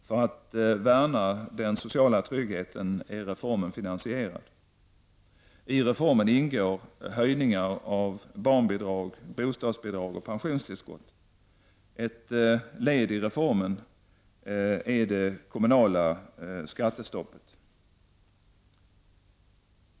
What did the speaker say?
För att värna den sociala tryggheten är reformen finansierad. I reformen ingår höjningar av barnbidrag, bostadsbidrag och pensionstillskott. Ett led i reformen är det kommunala skattestoppet.